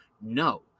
No